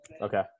okay